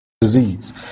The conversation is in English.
disease